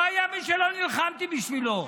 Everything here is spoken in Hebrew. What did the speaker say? לא היה מי שלא נלחמתי בשבילו.